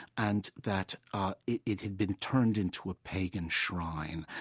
and that ah it it had been turned into a pagan shrine.